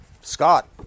Scott